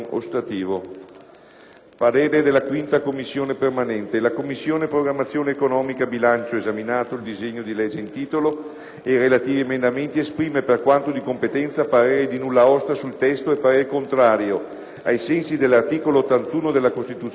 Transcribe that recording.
parere non ostativo». «La Commissione programmazione economica, bilancio, esaminato il disegno di legge in titolo ed i relativi emendamenti, esprime, per quanto di competenza, parere di nulla osta sul testo e parere contrario, ai sensi dell'articolo 81 della Costituzione, sugli emendamenti